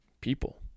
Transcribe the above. people